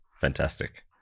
Fantastic